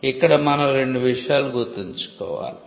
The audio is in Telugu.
కాబట్టి మనం రెండు విషయాలు గుర్తుంచుకోవాలి